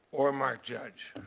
or mark judge?